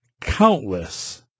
countless